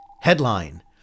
Headline